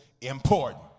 important